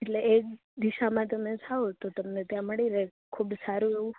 એટલે એક દિશામાં તમે જાઓ તો તમને ત્યાં મળી રે ખૂબ સારું એવું